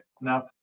Now